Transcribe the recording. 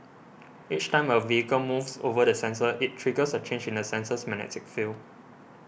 each time a vehicle moves over the sensor it triggers a change in the sensor's magnetic field